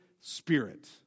Spirit